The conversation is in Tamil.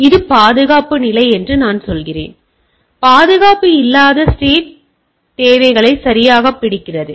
எனவே இது பாதுகாப்பு நிலை என்று நான் சொல்கிறேன் இது பாதுகாப்பு இல்லாத ஸ்டேட் பாதுகாப்புத் தேவைகளை சரியாகப் பிடிக்கிறது